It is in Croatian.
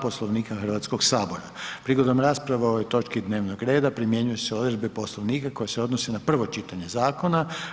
Poslovnika Hrvatskog sabora prigodom rasprave o ovoj točki dnevnog reda primjenjuju se odredbe Poslovnika koje se odnose na prvo čitanje zakona.